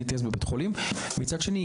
ומצד שני,